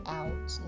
out